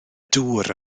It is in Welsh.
dŵr